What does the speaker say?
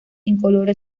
incoloro